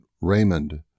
Raymond